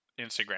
Instagram